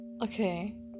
Okay